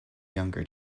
younger